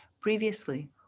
Previously